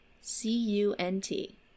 C-U-N-T